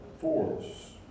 force